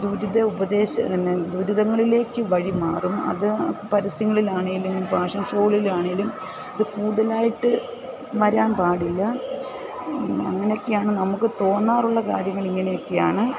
ദുരിത ഉപേദശ പിന്നെ ദുരിതങ്ങളിലേക്ക് വഴിമാറും അത് പരസ്യങ്ങളിൽ ആണെങ്കിലും ഫാഷൻ ഷോകളിൽ ആണെങ്കിലും ഇത് കൂടുതലായിട്ട് വരാൻ പാടില്ല അങ്ങനൊക്കെയാണ് നമുക്ക് തോന്നാറുള്ള കാര്യങ്ങൾ ഇങ്ങനെയൊക്കെയാണ്